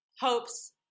hopes